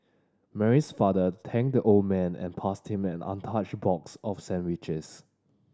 Mary's father thanked the old man and passed him an untouched box of sandwiches